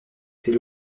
ses